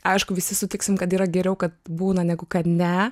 aišku visi sutiksim kad yra geriau kad būna negu kad ne